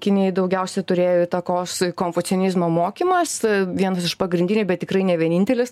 kinijai daugiausiai turėjo įtakos konfucionizmo mokymas vienas iš pagrindinių bet tikrai ne vienintelis